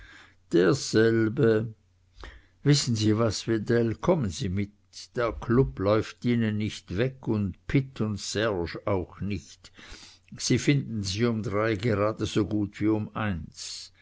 derselbe wissen sie was wedell kommen sie mit der club läuft ihnen nicht weg und pitt und serge auch nicht sie finden sie um drei geradsogut wie um eins